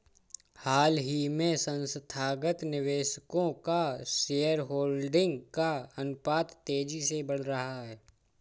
हाल ही में संस्थागत निवेशकों का शेयरहोल्डिंग का अनुपात तेज़ी से बढ़ रहा है